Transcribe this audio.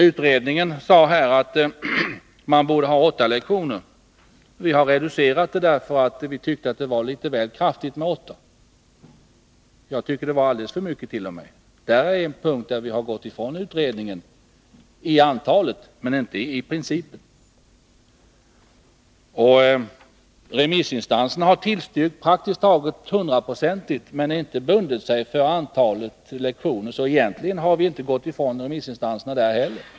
Utredningen ansåg att antalet obligatoriska lektioner borde vara åtta. Vi har reducerat det antalet, eftersom vi tyckte att det var litet väl kraftigt tilltaget. Vi har alltså gått ifrån utredningens förslag i fråga om antalet lektioner men inte i fråga om principen. Remissinstanserna har tillstyrkt praktiskt taget hundraprocentigt men inte bundit sig för antalet lektioner, så egentligen har vi inte gått ifrån remissinstanserna där heller.